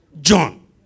John